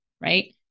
right